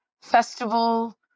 festival